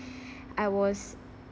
I was